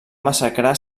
massacrar